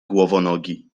głowonogi